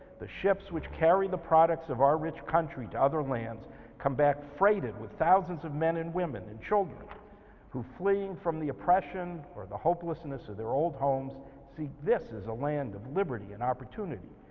the ships which carry the products of our rich country to other lands come back freighted with thousands of men and women and children who fleeing from the oppression or the hopelessness of their old homes seek this as a land of liberty and opportunity.